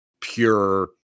pure